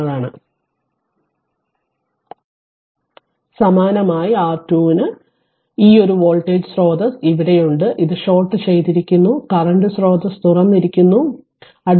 സമാനമായി R2 ന് ഈ ഒരു വോൾട്ടേജ് സ്രോതസ്സ് ഇവിടെയുണ്ട് ഇത് ഷോർട്ട് ചെയ്തിരിക്കുന്നു കറന്റ് സ്രോതസ്സ് തുറന്നിരിക്കുന്നതുമാണ്